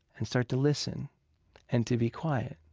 and start to listen and to be quiet,